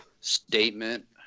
statement